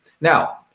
Now